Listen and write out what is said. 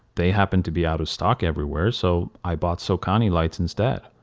they happened to be out of stock everywhere so i bought sokani lights instead.